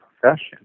profession